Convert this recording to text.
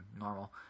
normal